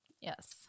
Yes